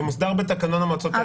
זה מוסדר בתקנון המועצות האזוריות.